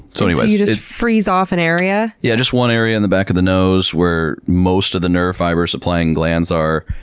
so you just freeze off an area. yeah, just one area in the back of the nose where most of the nerve fibers supplying glands are.